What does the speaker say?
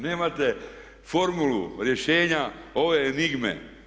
Nemate formulu, rješenja ove enigme.